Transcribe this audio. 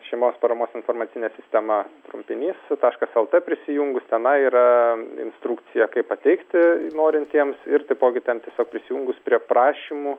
šeimos paramos informacinė sistema trumpinys taškas lt prisijungus tenai yra instrukcija kaip pateikti norintiems ir taipogi ten tiesiog prisijungus prie prašymų